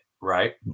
right